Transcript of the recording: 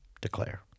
Declare